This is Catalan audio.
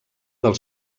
del